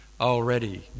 already